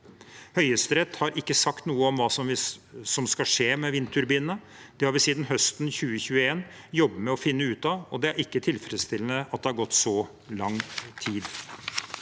Høyesterett har ikke sagt noe om hva som skal skje med vindturbinene. Det har vi siden høsten 2021 jobbet med å finne ut av, og det er ikke tilfredsstillende at det har gått så lang tid.